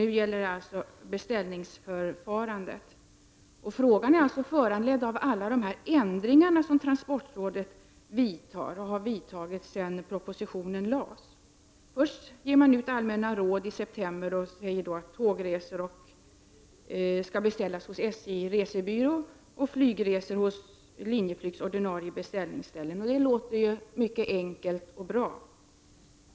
Nu diskuterar vi alltså beställningsförfarandet. Denna fråga föranleds alltså av alla ändringar som transportrådet har företagit sedan propositionen framlades. Först gavs det ut allmänna råd i september, där det sades att tågresor skall beställas hos SJ Resebyrå, medan flygresor skall beställas på Linjeflygs ordinarie beställningsställen. Det låter ju mycket enkelt och bra.